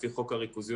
לפי חוק הריכוזיות,